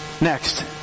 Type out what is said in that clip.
Next